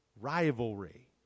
Rivalry